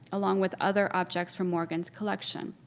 along with other objects from morgan's collection.